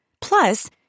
Plus